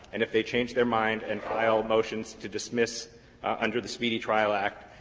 and if they change their mind and file a motion to dismiss under the speedy trial act,